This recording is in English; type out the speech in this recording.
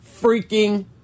freaking